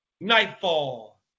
nightfall